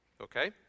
Okay